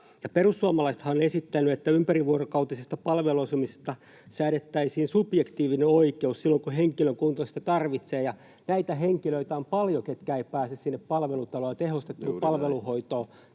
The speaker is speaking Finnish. Perussuomalaisethan on esittänyt, että ympärivuorokautisesta palveluasumisesta säädettäisiin subjektiivinen oikeus silloin, kun henkilö sitä tarvitsee, ja näitä henkilöitä on paljon, ketkä eivät pääse sinne palvelutaloon ja tehostettuun palveluhoitoon.